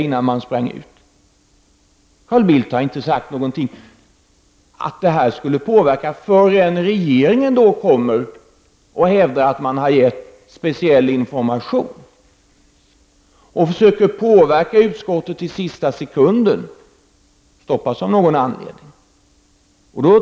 Carl Bildt har inte sagt någonting om att detta skulle påverka ärendet förrän regeringen hävdade att den lämnat speciell information och därigenom i sista sekund försökt påverka utskottet men av någon anledning stoppats.